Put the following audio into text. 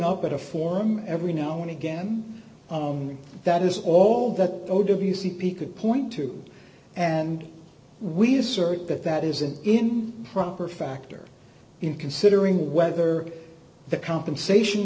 up at a forum every now and again on that is all that o w c p could point to and we assert that that isn't in proper factor in considering whether the compensation